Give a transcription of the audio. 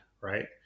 right